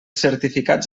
certificats